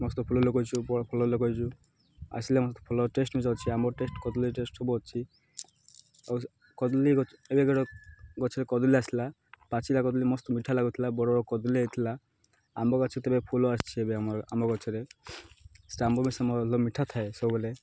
ମସ୍ତ୍ ଫୁଲ ଲଗେଇଛୁ ଫଳ ଲଗେଇଛୁ ଆସିଲେ ଫଳ ଟେଷ୍ଟ୍ ଅଛି ଆମ୍ବ ଟେଷ୍ଟ୍ କଦଳୀ ଟେଷ୍ଟ୍ ସବୁ ଅଛି ଆଉ କଦଳୀ ଗଛ ଏବେ ଗୋଟ ଗଛରେ କଦଳୀ ଆସିଲା ପାଚିଲା କଦଳୀ ମସ୍ତ୍ ମିଠା ଲାଗୁଥିଲା ବଡ଼ ବଡ଼ କଦଳୀ ହୋଇଥିଲା ଆମ୍ବ ଗଛ ତେବେ ଫୁଲ ଆସିଛି ଏବେ ଆମର ଆମ୍ବ ଗଛରେ ସେ ଆମ୍ବ ବି ଭଲ ମିଠା ଥାଏ ସବୁବେଳେ